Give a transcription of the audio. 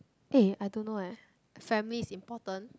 eh I don't know eh family is important